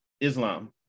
Islam